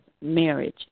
marriage